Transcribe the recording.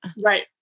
Right